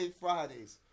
Fridays